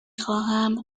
خواهم